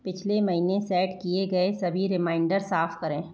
पिछले महीने सेट किए गए सभी रिमाइंडर साफ करें